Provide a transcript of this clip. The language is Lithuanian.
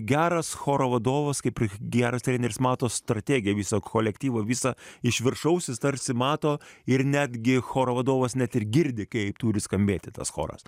geras choro vadovas kaip geras treneris mato strategiją visą kolektyvą visą iš viršaus jis tarsi mato ir netgi choro vadovas net ir girdi kaip turi skambėti tas choras